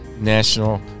National